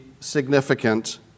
significant